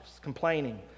complaining